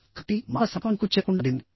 కాబట్టి మానవ సంపర్కం చెక్కుచెదరకుండా ఉండింది